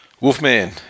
Wolfman